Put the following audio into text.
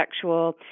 sexual